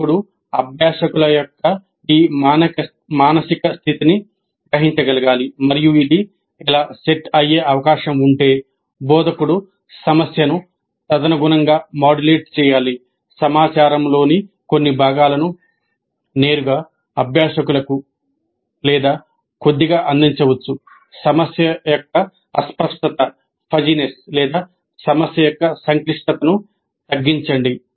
బోధకుడు అభ్యాసకుల యొక్క ఈ మానసిక స్థితిని గ్రహించగలగాలి మరియు ఇది ఇలా సెట్ అయ్యే అవకాశం ఉంటే బోధకుడు సమస్యను తదనుగుణంగా మాడ్యులేట్ చేయాలి సమాచారంలోని కొన్ని భాగాలను నేరుగా అభ్యాసకులకు లేదా కొద్దిగా అందించవచ్చు సమస్య యొక్క అస్పష్టత లేదా సమస్య యొక్క సంక్లిష్టతను తగ్గించండి